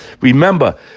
remember